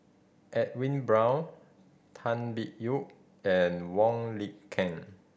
Edwin Brown Tan Biyun and Wong Lin Ken